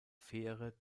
fähre